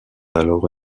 alors